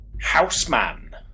Houseman